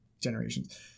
generations